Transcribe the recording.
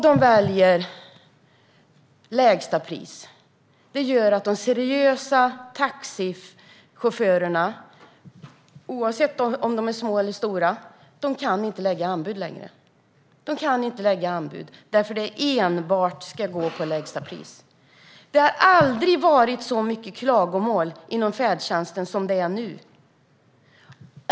De väljer då lägsta pris, vilket gör att de seriösa taxichaufförerna, oavsett om de är små eller stora, inte längre kan lägga anbud. De kan inte lägga anbud, eftersom det enbart ska gå på lägsta pris. Det har aldrig varit så mycket klagomål inom färdtjänsten som det är nu.